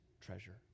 treasure